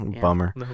Bummer